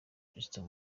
christo